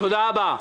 תודה רבה.